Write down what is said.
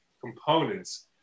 components